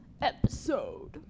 episode